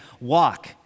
walk